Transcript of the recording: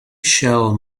shall